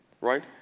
right